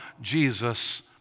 Jesus